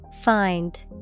Find